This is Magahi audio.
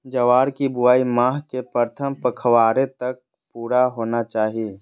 ज्वार की बुआई माह के प्रथम पखवाड़े तक पूरा होना चाही